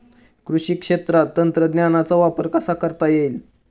कृषी क्षेत्रात तंत्रज्ञानाचा वापर कसा करता येईल?